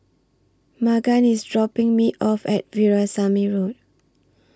Magan IS dropping Me off At Veerasamy Road